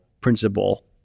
principle